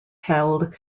held